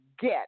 get